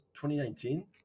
2019